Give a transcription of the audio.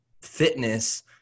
fitness